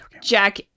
Jack